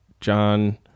John